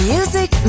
Music